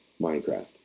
Minecraft